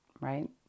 right